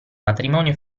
matrimonio